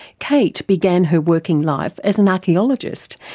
kate began her working life as an archaeologist,